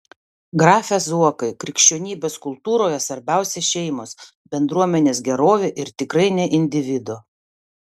grafe zuokai krikščionybės kultūroje svarbiausia šeimos bendruomenės gerovė ir tikrai ne individo